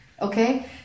Okay